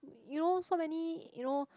you know so many you know